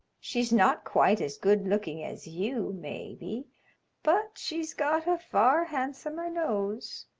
she's not quite as goodlooking as you, maybe, but she's got a far handsomer nose.